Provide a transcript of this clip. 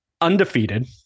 undefeated